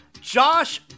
Josh